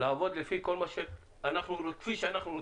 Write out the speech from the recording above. לעבוד כפי שאנחנו רוצים.